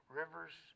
rivers